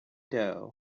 doe